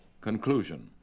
Conclusion